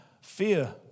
Fear